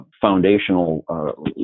foundational